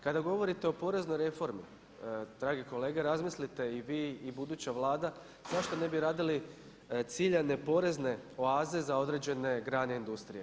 Kada govorite o poreznoj reformi dragi kolega razmislite i vi i buduća Vlada zašto ne bi radili ciljane porezne oaze za određene grane industrije.